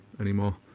anymore